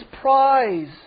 prize